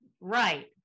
Right